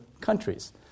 countries